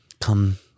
Come